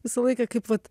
visą laiką kaip vat